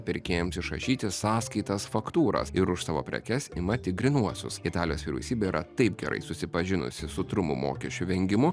pirkėjams išrašyti sąskaitas faktūras ir už savo prekes ima tik grynuosius italijos vyriausybė yra taip gerai susipažinusi su trumų mokesčių vengimu